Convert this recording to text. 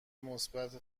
مثبت